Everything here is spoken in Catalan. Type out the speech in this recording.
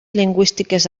lingüístiques